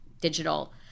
digital